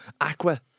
Aqua